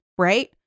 Right